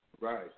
Right